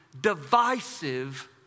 divisive